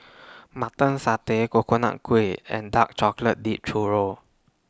Mutton Satay Coconut Kuih and Dark Chocolate Dipped Churro